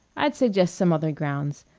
i'd suggest some other grounds.